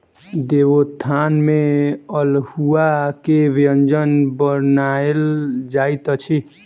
देवोत्थान में अल्हुआ के व्यंजन बनायल जाइत अछि